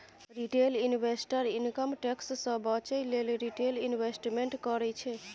retail investor income tax सँ बचय लेल रिटेल इंवेस्टमेंट करय छै